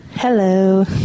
Hello